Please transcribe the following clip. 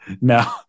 No